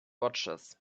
watches